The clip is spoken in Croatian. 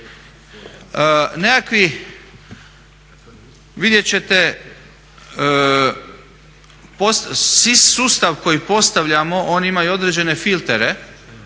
nekakvi vidjeti ćete sustav koji postavljamo on ima i određene filtere